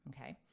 Okay